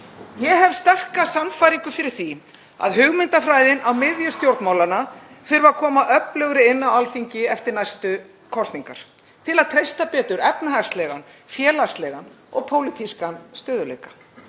Ég hef sterka sannfæringu fyrir því að hugmyndafræðin á miðju stjórnmálanna þurfi að koma öflugri inn á Alþingi eftir næstu kosningar til að treysta betur efnahagslegan, félagslegan og pólitískan stöðugleika.